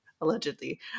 allegedly